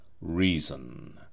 reason